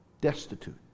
destitute